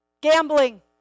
Gambling